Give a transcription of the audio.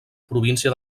província